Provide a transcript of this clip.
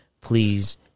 please